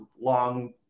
long